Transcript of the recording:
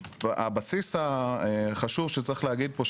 הבסיס החשוב שצריך להגיד פה,